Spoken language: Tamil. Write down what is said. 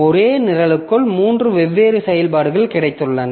ஒரே நிரலுக்குள் மூன்று வெவ்வேறு செயல்பாடுகள் கிடைத்துள்ளன